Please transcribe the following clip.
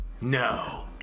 No